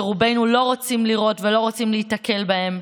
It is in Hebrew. שרובנו לא רוצים לראות ולא רוצים להיתקל בהם,